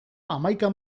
hamaika